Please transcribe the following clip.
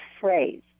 phrase